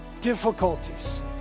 difficulties